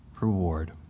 reward